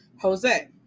Jose